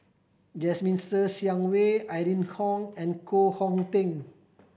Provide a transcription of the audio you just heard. Jasmine Ser Xiang Wei Irene Khong and Koh Hong Teng